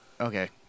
Okay